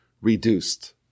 reduced